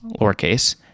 lowercase